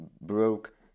broke